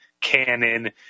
canon